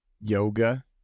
Yoga